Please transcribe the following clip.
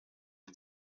les